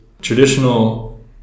traditional